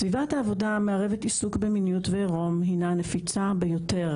סביבת העבודה המערבת עיסוק במיניות ועירום הינה נפיצה ביותר.